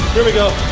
here we go,